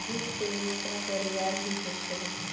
जुट के रेसा बरियार भी होखेला